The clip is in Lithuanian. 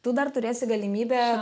tu dar turėsi galimybę